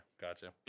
gotcha